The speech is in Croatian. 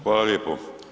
Hvala lijepo.